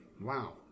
Wow